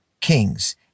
Kings